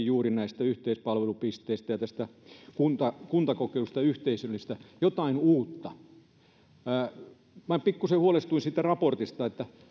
juuri näistä yhteispalvelupisteistä ja tästä kuntakokeilusta jotain yhteisöllistä jotain uutta minä pikkusen huolestuin siitä raportista että